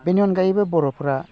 बेनि अनगायैबो बर'फोरा